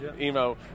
emo